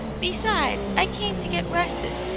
besides, i came to get rested,